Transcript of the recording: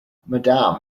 madame